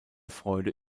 freude